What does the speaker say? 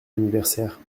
anniversaire